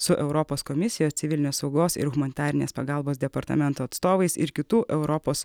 su europos komisijos civilinės saugos ir humanitarinės pagalbos departamento atstovais ir kitų europos